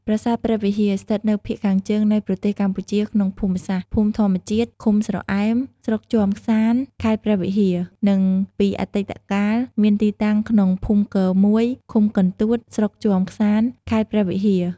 ប្រាសាទព្រះវិហារ ស្ថិតនៅភាគខាងជើងនៃប្រទេសកម្ពុជាក្នុងភូមិសាស្ត្រ ភូមិធម្មជាតិ ឃុំស្រអែម ស្រុកជាំខ្សាន្ត ខេត្តព្រះវិហារ និងពីអតីកាលមានទីតាំងក្នុងភូមិគ១ ឃុំកន្ទួត ស្រុកជាំក្សាន្ត ខេត្តព្រះវិហារ។